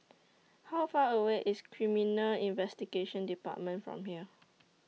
How Far away IS Criminal Investigation department from here